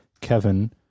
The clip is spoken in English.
kevin